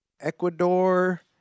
Ecuador